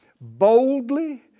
boldly